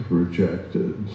rejected